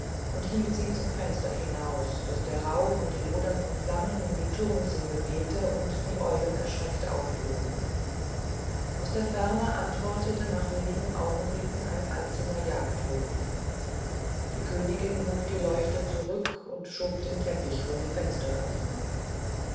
und hielt sie zum fenster hinaus daß der rauch und die lodernde flamme an die turmzinne wehte und die eulen erschreckt aufflogen aus der ferne antwortete nach wenigen augenblicken ein einzelner jagdruf die königin hob die leuchte zurück und schob den teppich vor die fensteröffnung